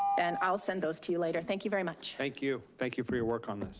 and i'll send those to you later, thank you very much. thank you, thank you for your work on